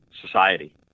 society